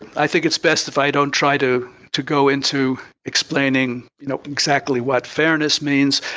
i think it's best if i don't try to to go into explaining you know exactly what fairness means.